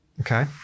Okay